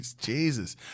Jesus